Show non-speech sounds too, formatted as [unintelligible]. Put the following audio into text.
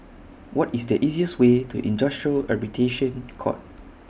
What IS The easiest Way to Industrial [unintelligible] Court